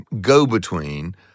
go-between